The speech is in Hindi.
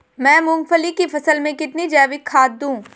मैं मूंगफली की फसल में कितनी जैविक खाद दूं?